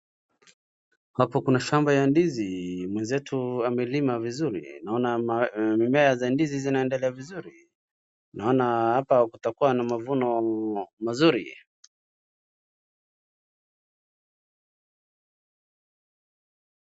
Hapo kuna shamba ya ndizi, mwenzetu amelima viizuri naona mimea za ndizi zinaendelea vizuri. Naona hapa kutakuwa na mavuno mazuri.